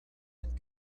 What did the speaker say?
and